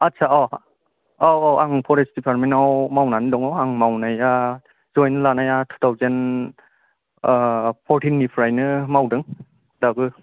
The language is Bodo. आथसा अ औ औ आं फरेस्ट दिफारमेन्टाव मावनानै दं आं मावनाया जयेन लानाया टुथावजेन फरटिन निफ्रायनो मावदों दाबो